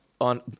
on